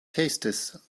tastes